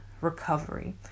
recovery